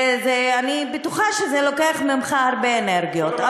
אני בטוחה שזה לוקח ממך הרבה אנרגיות.